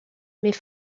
mais